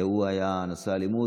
שהיה נשוא האלימות,